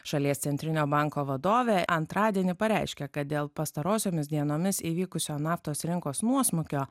šalies centrinio banko vadovė antradienį pareiškė kad dėl pastarosiomis dienomis įvykusio naftos rinkos nuosmukio